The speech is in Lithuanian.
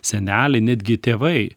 seneliai netgi tėvai